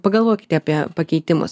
pagalvokite apie pakeitimus